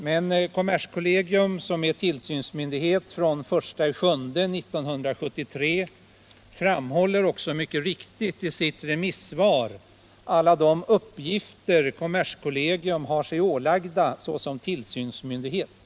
Men kommerskollegium, som är tillsynsmyndighet sedan den 1 juli 1973, redovisar också mycket riktigt i sitt remissvar alla de uppgifter kommerskollegium har sig ålagda såsom tillsynsmyndighet.